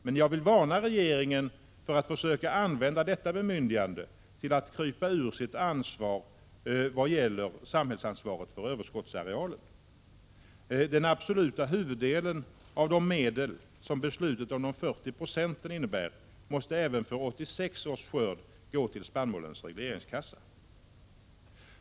Men jag vill varna regeringen för att försöka använda detta bemyndigande till att krypa ifrån sitt ansvar vad gäller samhällsansvaret för överskottsarealen. Den absoluta huvuddelen av de medel som beslutet om 40 90 innebär måste även för 1986 års skörd gå till spannmålens regleringskassa.